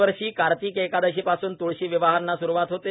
दरवर्षी कार्तिकी एकादशीपासून तुळशी विवाहांना सुरुवात होते